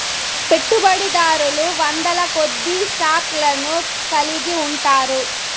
పెట్టుబడిదారులు వందలకొద్దీ స్టాక్ లను కలిగి ఉంటారు